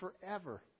forever